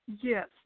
yes